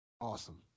Awesome